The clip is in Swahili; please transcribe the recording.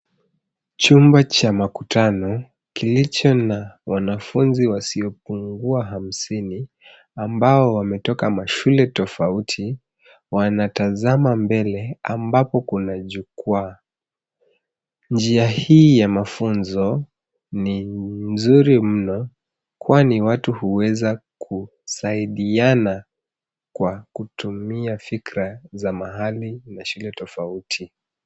Chumba cha makutano kilicho na wanafunzi wasiopungua hamsini ambao wametoka mashule tofauti wanatazama mbele ambapo kuna jukwaa. Njia hii ya mafunzo ni nzuri mno kwani watu huweza kusaidiana kwa kutumia fikra za mahali na shule tofauti.